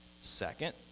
Second